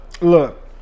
Look